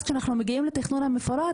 כשאנחנו מגיעים לתכנון המפורט,